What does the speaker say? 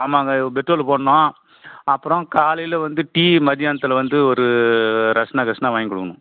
ஆமாம்ங்க பெட்ரோல் போடணும் அப்புறம் காலையில் வந்து டீ மதியானத்தில் வந்து ஒரு ரஸ்னா கிஸ்னா வாங்கி கொடுக்கணும்